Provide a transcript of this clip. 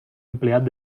empleat